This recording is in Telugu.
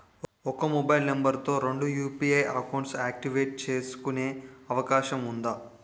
ఒక మొబైల్ నంబర్ తో రెండు యు.పి.ఐ అకౌంట్స్ యాక్టివేట్ చేసుకునే అవకాశం వుందా?